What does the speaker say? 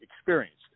experienced